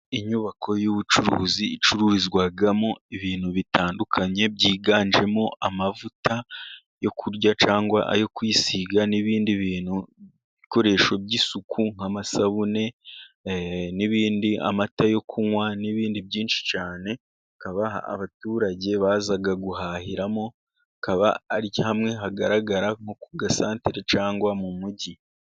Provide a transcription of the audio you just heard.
Inyubako y'ubucuruzi icururizwamo ibintu bitandukanye byiganjemo, amavuta yo kurya cyangwa ayo kwisiga n'ibindi bintu, ibikoresho by'isuku nk'amasabune n'ibindi, amata yo kunywa n'ibindi byinshi cyane, hakaba abaturage baza guhahiramo, hakaba ari hamwe hagaragara nko ku gasatere cyangwa mu mujyi.